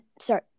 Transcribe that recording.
Sorry